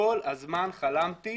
כל הזמן חלמתי